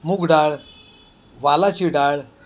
मूग डाळ वालाची डाळ